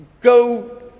Go